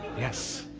yes.